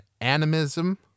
animism